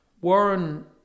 Warren